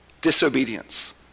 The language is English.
Disobedience